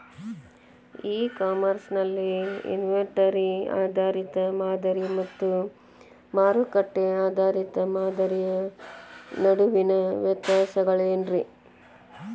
E commerce ನಲ್ಲಿ inventory ಆಧಾರಿತ ಮಾದರಿ ಮತ್ತ ಮಾರುಕಟ್ಟೆ ಆಧಾರಿತ ಮಾದರಿಯ ನಡುವಿನ ವ್ಯತ್ಯಾಸಗಳೇನ ರೇ?